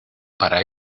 para